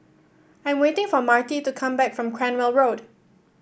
I am waiting for Marti to come back from Cranwell Road